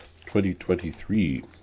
2023